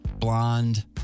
Blonde